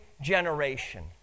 generation